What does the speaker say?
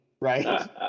right